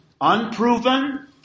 Unproven